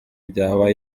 byaba